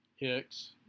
Hicks